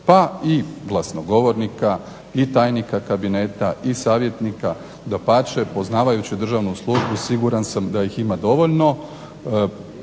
pa i glasnogovornika i tajnika kabineta i savjetnika, dapače poznavajući državnu službu siguran sam da ih ima dovoljno.